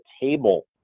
table